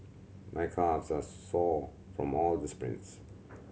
my calves are sore from all the sprints